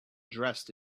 dressed